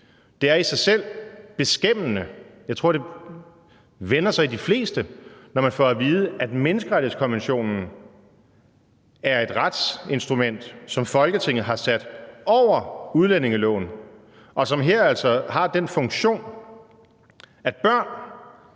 Det er i sig selv beskæmmende, og jeg tror, at det vender sig i de fleste, når man får at vide, at menneskerettighedskonventionen er et retsinstrument, som Folketinget har sat over udlændingeloven, og som altså her har den funktion, at i